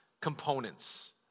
components